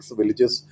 villages